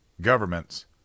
governments